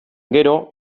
gero